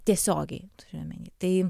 tiesiogiai turiu omeny tai